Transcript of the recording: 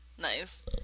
nice